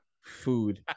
Food